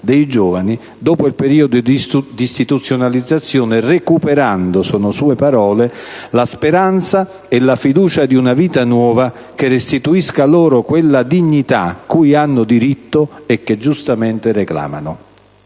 dei giovani dopo il periodo di istituzionalizzazione, «recuperando» - sono sue parole - «la speranza e la fiducia di una vita nuova che restituisca loro quella dignità cui hanno diritto e che giustamente reclamano».